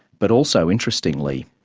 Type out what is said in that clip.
but also, interestingly,